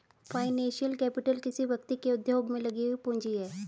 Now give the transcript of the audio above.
financial capital किसी व्यक्ति के उद्योग में लगी हुई पूंजी है